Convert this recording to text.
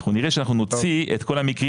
אנחנו נראה שאנחנו נוציא את כל המקרים